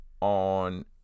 on